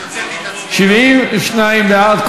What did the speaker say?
72 בעד,